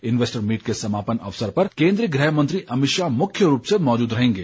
investors meet के समापन अवसर पर केन्द्रीय गृह मंत्री अमित शाह मृख्य रूप से मौजूद रहेंगे